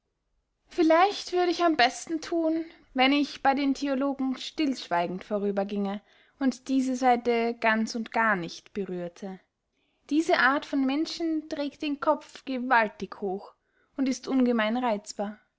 vielleicht würd ich am besten thun wenn ich bey den theologen stillschweigend vorüber gienge und diese seite ganz und gar nicht berührte diese art von menschen trägt den kopf gewaltig hoch und ist ungemein reizbar